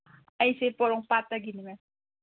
ꯑꯩꯁꯦ ꯄꯣꯔꯣꯝꯄꯥꯠꯇꯒꯤꯅꯤ ꯃꯦꯝ